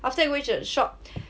after that reach the shop